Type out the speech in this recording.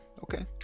Okay